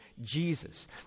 Jesus